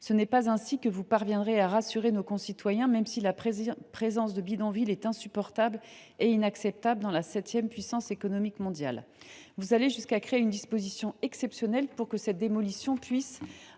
Ce n’est pas ainsi que vous parviendrez à rassurer nos concitoyens, même si la présence de bidonvilles est insupportable et inacceptable dans la septième puissance économique mondiale. Vous allez jusqu’à créer une disposition exceptionnelle pour que les démolitions puissent